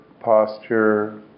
posture